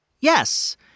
Yes